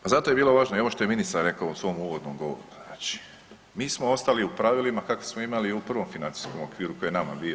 Pa zato je bilo važno i ovo što je ministar rekao u svom uvodnom govoru, mi smo ostali u pravilima kakva smo imali u prvom financijskom okviru koji je nama bio.